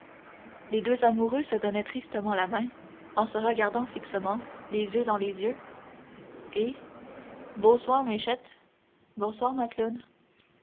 les deux amoureux se donnaient tristement la main en se regardant fixement les yeux dans les yeux et bôsoi maïchette bonsoir